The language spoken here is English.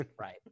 Right